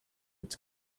its